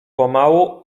pomału